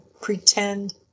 pretend